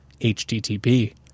HTTP